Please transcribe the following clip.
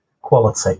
quality